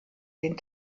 den